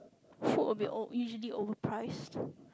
food will be al~ usually overpriced